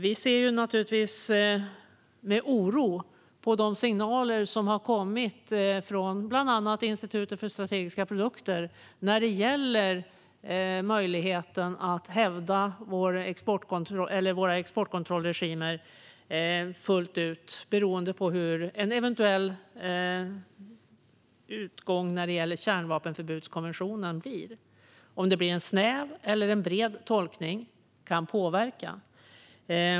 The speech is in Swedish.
Vi ser naturligtvis med oro på de signaler som kommit från bland annat Inspektionen för strategiska produkter när det gäller möjligheten att hävda våra exportkontrollregimer fullt ut, beroende på vad utgången blir när det gäller en eventuell kärnvapenförbudskonvention. Om det blir en snäv eller bred tolkning kan påverka.